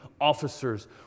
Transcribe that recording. officers